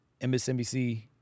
MSNBC